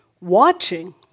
watching